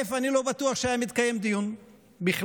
אני לא בטוח שהיה מתקיים דיון בכלל.